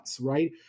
right